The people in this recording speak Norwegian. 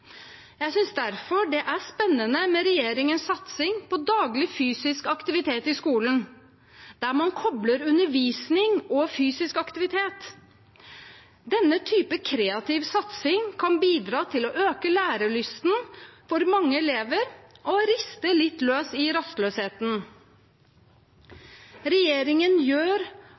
Jeg synes derfor det er spennende med regjeringens satsing på daglig fysisk aktivitet i skolen, der man kobler undervisning og fysisk aktivitet. Denne typen kreativ satsing kan bidra til å øke lærelysten for mange elever og riste litt løs i rastløsheten. Regjeringen gjør